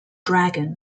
dragon